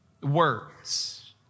words